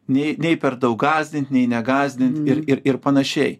nei nei per daug gąsdint nei negąsdint ir ir ir panašiai